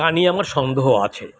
তা নিয়ে আমার সন্দেহ আছে